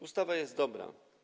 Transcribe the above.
Ustawa jest dobra.